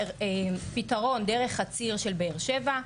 פתרון דרך הציר של באר שבע.